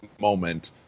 moment